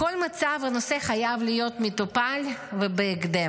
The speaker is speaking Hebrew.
בכל מצב, הנושא חייב להיות מטופל ובהקדם.